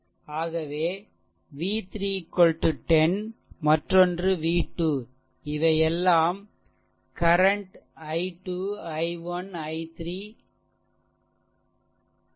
ஆகவே v 3 10மற்றொன்று v2 இவைஎல்லாம் current i2 i1 i3 i4